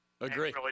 Agree